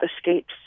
escapes